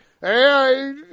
hey